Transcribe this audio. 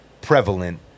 prevalent